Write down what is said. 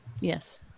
Yes